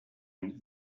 and